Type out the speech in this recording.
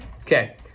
Okay